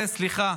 סליחה,